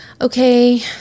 okay